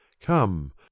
come